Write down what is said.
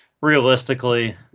realistically